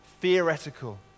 theoretical